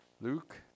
Luke